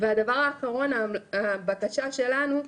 והדבר האחרון, הבקשה שלנו,